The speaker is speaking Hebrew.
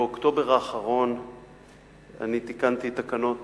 באוקטובר האחרון תיקנתי תקנות